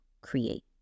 create